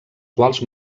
quals